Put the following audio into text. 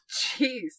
Jeez